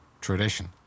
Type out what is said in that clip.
tradition